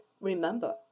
remember